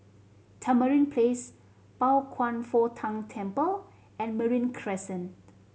Tamarind Place Pao Kwan Foh Tang Temple and Marine Crescent